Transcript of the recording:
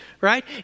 right